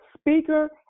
speaker